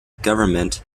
government